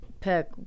Pick